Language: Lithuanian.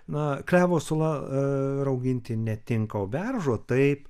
na klevo sula rauginti netinka o beržo taip